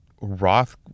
Roth